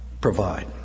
provide